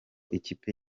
ikipe